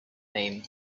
name